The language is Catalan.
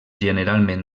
generalment